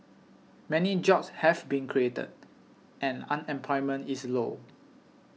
many jobs have been created and unemployment is low